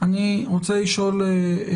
אני רוצה לשאול את